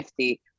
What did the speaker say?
50